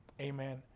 amen